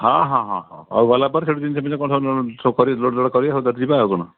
ହଁ ହଁ ହଁ ହଁ ହୋଉ ଗଲାପରେ ସେଇଟୁ ଜିନିଷି ପତ୍ର ଛକରେ ଲୋଡ଼୍ ଫୋର୍ଡ଼ କରିବା ଯିବା ଆଉ କ'ଣ